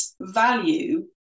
value